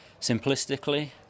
Simplistically